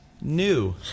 New